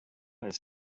ist